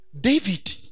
David